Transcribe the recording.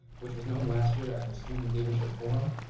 which was known last year as the student leadership forum.